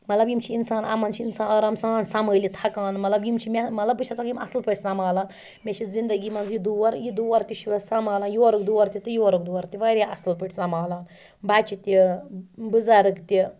مَطلَب یِم چھِ انسان یِمَن چھُ انسان آرام سان مَطلَب سَمٲلِتھ ہیکان یِم چھِ مےٚ مَطلَب بہٕ چھسَکھ یِم اَصل پٲٹھۍ سَمالان مےٚ چھُ زِندگی منٛز یہِ دور یہِ دور تہِ چھُ یِوان سَمالِنہٕ مَطلَب یورُک دور تہِ تہٕ یورُک دور تہِ واریاہ اصٕل پٲٹھۍ سَمالان بَچہٕ تہِ بٕزَرٕگ تہِ